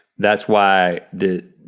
that's why the,